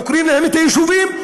עוקרים להם את היישובים,